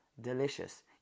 delicious